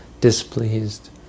displeased